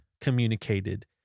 communicated